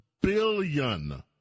billion